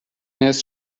نصف